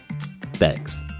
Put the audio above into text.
Thanks